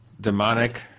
Demonic